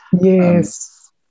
Yes